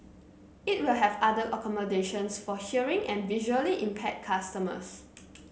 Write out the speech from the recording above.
it will have other accommodations for hearing and visually impaired customers